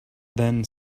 then